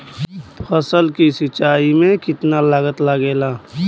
फसल की सिंचाई में कितना लागत लागेला?